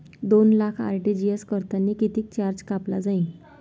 दोन लाख आर.टी.जी.एस करतांनी कितीक चार्ज कापला जाईन?